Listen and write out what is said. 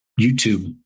YouTube